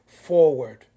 forward